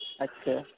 اچھا